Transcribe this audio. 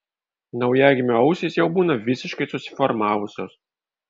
naujagimio ausys jau būna visiškai susiformavusios